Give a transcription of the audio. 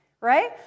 right